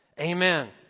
Amen